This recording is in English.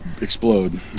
explode